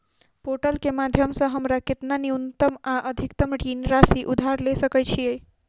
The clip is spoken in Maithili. पोर्टल केँ माध्यम सऽ हमरा केतना न्यूनतम आ अधिकतम ऋण राशि उधार ले सकै छीयै?